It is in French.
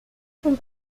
font